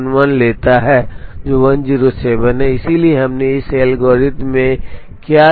इसलिए इन दो समाधानों के बीच हम वह चुन सकते हैं जो बेहतर है १० two इसलिए हमने अनिवार्य रूप से इस एल्गोरिदम में मूल्यांकन किए दो समाधान किए